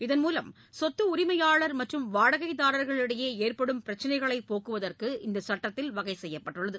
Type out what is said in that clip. இதன் மூலம் சொத்து உரிமையாளர் மற்றும் வாடகைதாரர்களிடையே ஏற்படும் பிரச்சிளைகளை போக்குவதற்கு இந்த சட்டத்தில் வகை செய்யப்பட்டுள்ளது